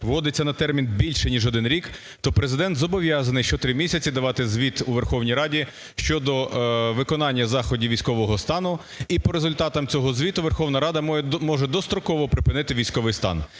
вводиться на термін більше, ніж один рік, то Президент зобов'язаний щотримісяці давати звіт у Верховній Раді щодо виконання заходів військового стану. І по результатам цього звіту Верховна Рада може достроково припинити військовий стан.